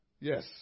Yes